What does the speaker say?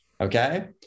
okay